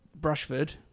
brushford